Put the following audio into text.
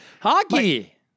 Hockey